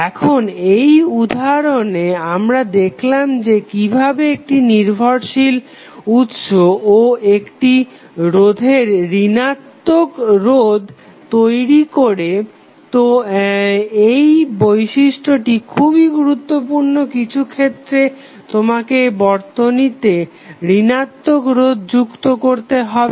এখন এই উদাহরণে আমরা দেখলাম যে কিভাবে একটি নির্ভরশীল উৎস ও একটি রোধ ঋণাত্মক রোধ তৈরি করে তো এই বিশিষ্টটি খুবই গুরুত্বপূর্ণ কিছুক্ষেত্রে তোমাকে বর্তনীতে ঋণাত্মক রোধ যুক্ত করতে হবে